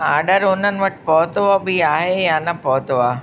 order उन्हनि वटि पहुतो बि आहे या न पहुतो आहे